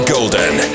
Golden